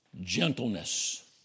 gentleness